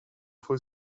full